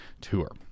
tour